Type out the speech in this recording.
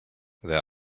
there